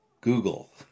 Google